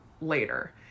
later